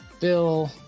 Bill